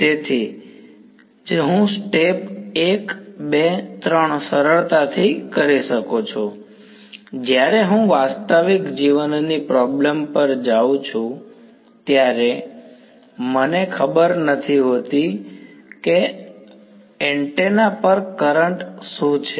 તેથી તેથી જ હું સ્ટેપ 1 2 3 સરળતાથી કરી શકું છું જ્યારે હું વાસ્તવિક જીવનની પ્રોબ્લમ પર જાઉં છું ત્યારે મને ખરેખર ખબર નથી હોતી કે એન્ટેના પર કરંટ શું છે